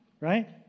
Right